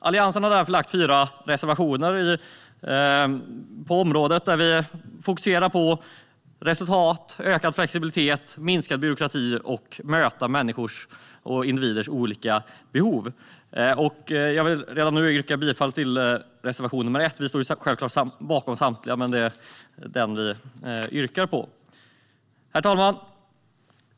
Alliansen har därför fyra reservationer där vi fokuserar på resultat, ökad flexibilitet, minskad byråkrati och att möta individers olika behov. Jag yrkar bifall till reservation nr 1. Vi står självklart bakom samtliga reservationer, men det är den vi yrkar på. Herr talman!